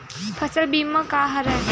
फसल बीमा का हरय?